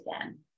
again